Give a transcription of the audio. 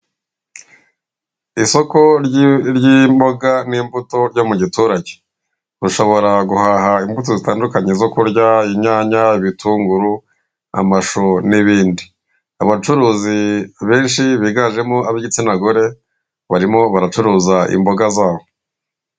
Isoko ry'imboga n'imbuto byo mu giturage, ushobora guhaha imbuto zitandukanye zo kurya inyanya, ibitunguru, amashu n'ibindi. Abacuruzi benshi biganjemo ab'igitsina gore barimo baracuruza imboga zabo.